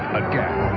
again